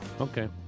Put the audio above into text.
Okay